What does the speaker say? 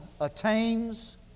attains